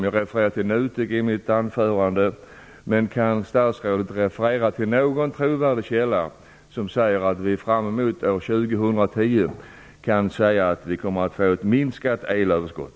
Jag refererade till NUTEK tidigare i mitt anförande. Men kan statsrådet referera till någon trovärdig källa som säger att vi fram emot år 2010 kommer att få ett minskat elöverskott?